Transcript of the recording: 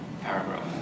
paragraph